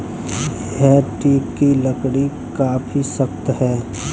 यह टीक की लकड़ी काफी सख्त है